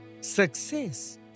Success